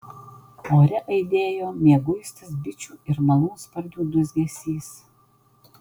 ore aidėjo mieguistas bičių ir malūnsparnių dūzgesys